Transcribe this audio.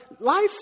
Life